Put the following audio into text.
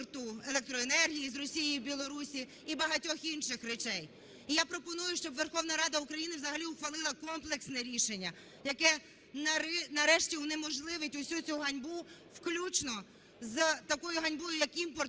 імпорту електроенергії з Росії і Білорусі і багатьох інших речей. І я пропоную, щоб Верховна Рада України взагалі ухвалила комплексне рішення, яке нарешті унеможливить усю цю ганьбу, включно з такою ганьбою, як імпорт